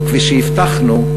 וכפי שהבטחנו,